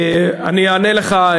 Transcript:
אני אענה לך,